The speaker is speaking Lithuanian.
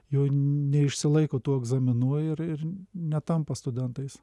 jų neišsilaiko tų egzaminų ir ir netampa studentais